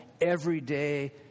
everyday